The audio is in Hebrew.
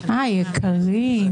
היקרים.